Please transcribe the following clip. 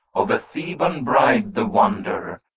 of a theban bride the wonder,